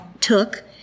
took